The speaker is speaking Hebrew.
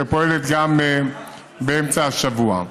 שפועלת גם באמצע השבוע.